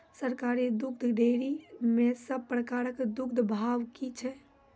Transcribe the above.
सरकारी दुग्धक डेयरी मे सब प्रकारक दूधक भाव की छै?